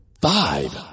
Five